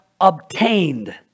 obtained